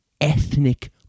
ethnic